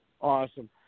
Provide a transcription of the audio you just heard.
Awesome